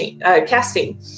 casting